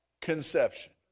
conception